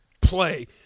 play